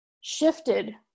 shifted